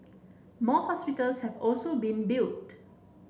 more hospitals have also been built